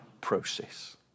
process